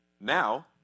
Now